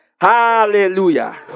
Hallelujah